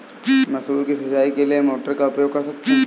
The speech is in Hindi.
मसूर की सिंचाई के लिए किस मोटर का उपयोग कर सकते हैं?